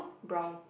brown